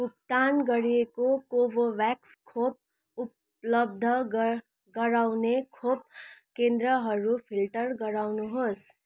भुक्तान गरिएको कोभोभेक्स खोप उप्लब्ध गर् गराउने खोप केन्द्रहरू फिल्टर गराउहोस्